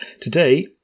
Today